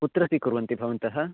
कुत्र स्वीकुर्वन्ति भवन्तः